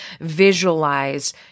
visualize